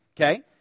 okay